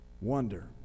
wonder